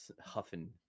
huffing